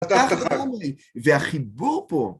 אתה אחראי, והחיבור פה...